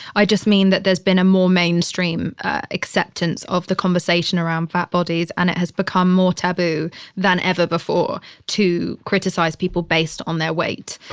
i just mean that there's been a more mainstream acceptance of the conversation around fat bodies and it has become more taboo than ever before to criticize people based on their weight.